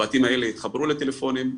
הבתים האלה התחברו לטלפונים,